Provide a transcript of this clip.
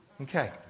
Okay